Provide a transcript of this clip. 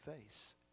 face